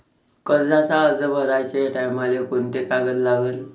कर्जाचा अर्ज भराचे टायमाले कोंते कागद लागन?